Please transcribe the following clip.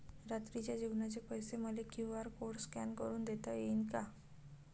रात्रीच्या जेवणाचे पैसे मले क्यू.आर कोड स्कॅन करून देता येईन का?